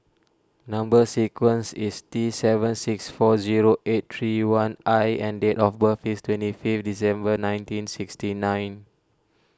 Number Sequence is T seven six four zero eight three one I and date of birth is twenty fifth December nineteen sixty nine